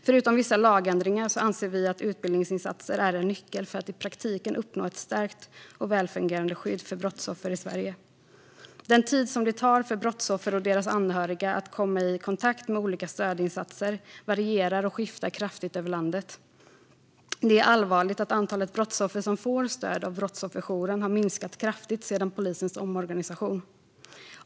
Förutom vissa lagändringar anser vi att utbildningsinsatser är en nyckel för att i praktiken uppnå ett starkt och välfungerande skydd för brottsoffer i Sverige. Den tid som det tar för brottsoffer och deras anhöriga att komma i kontakt med olika stödinsatser varierar och skiftar kraftigt över landet. Det är allvarligt att antalet brottsoffer som får stöd från brottsofferjouren har minskat kraftigt efter polisens omorganisation.